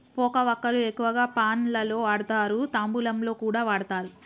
పోక వక్కలు ఎక్కువగా పాన్ లలో వాడుతారు, తాంబూలంలో కూడా వాడుతారు